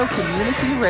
Community